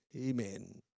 Amen